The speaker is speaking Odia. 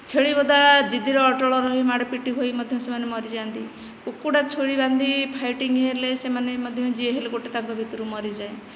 ଛେଳି ବୋଦା ଜିଦିରେ ଅଟଳ ରହି ମାଡ଼ପିଟ୍ ହୋଇ ମଧ୍ୟ ସେମାନେ ମରିଯାଆନ୍ତି କୁକୁଡ଼ା ଛୁରୀ ବାନ୍ଧି ଫାଇଟିଙ୍ଗ ହେଲେ ସେମାନେ ମଧ୍ୟ ଯିଏ ହେଲେ ଗୋଟିଏ ତାଙ୍କ ଭିତରୁ ମରିଯାଏ